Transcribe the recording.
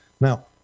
now